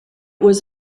was